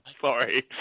Sorry